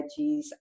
veggies